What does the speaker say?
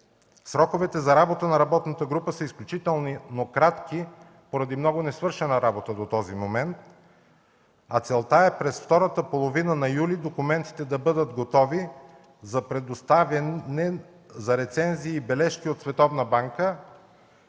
Сроковете за работа на работната група са изключително кратки поради много несвършена работа до този момент, а целта е през втората половина на месец юли документите да бъдат готови за предоставяне за рецензии и бележки от Световната банка.